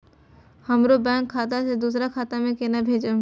हमरो बैंक खाता से दुसरा खाता में केना भेजम?